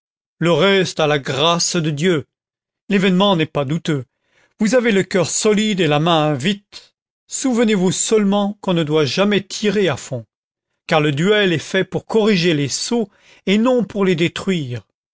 le reste à la grâce de dieu l'événement n'est pas douteux vous avez le cœur solide et la main vite souvenezvous seulement qu'on ne doit jamais tirer à fond car le duel est fait pour corriger les sots et non pour les détruire